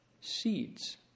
seeds